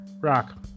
Rock